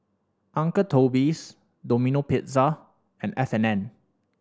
Uncle Toby's Domino Pizza and F and N